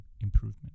improvement